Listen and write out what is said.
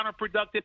counterproductive